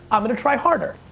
um gonna try harder.